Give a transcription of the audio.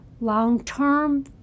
Long-term